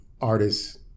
artists